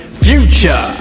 future